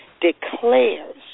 declares